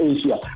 Asia